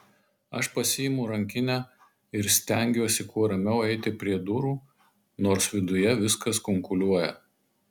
aš pasiimu rankinę ir stengiuosi kuo ramiau eiti prie durų nors viduje viskas kunkuliuoja